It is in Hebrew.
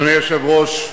אדוני היושב ראש,